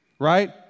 right